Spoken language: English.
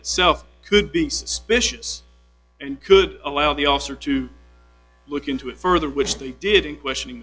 itself could be suspicious and could allow the officer to look into it further which they did in questioning